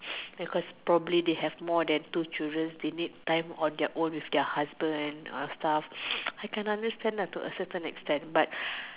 because probably they have more than two children they need time on their own with their husband and stuff I can understand that to a certain extent but